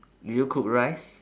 did you cook rice